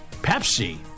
pepsi